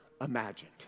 imagined